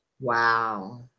wow